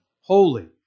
holy